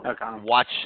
watch